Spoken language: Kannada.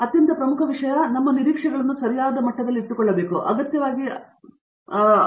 ಆದ್ದರಿಂದ ಅತ್ಯಂತ ಪ್ರಮುಖ ವಿಷಯವು ನಮ್ಮ ನಿರೀಕ್ಷೆಗಳನ್ನು ಸರಿಯಾದ ಮಟ್ಟದಲ್ಲಿ ಇಟ್ಟುಕೊಳ್ಳುತ್ತದೆ ಮತ್ತು ಅಗತ್ಯವಾಗಿ ಅದನ್ನು ನೀರಿನಿಂದ ಇಳಿಸುವುದಿಲ್ಲ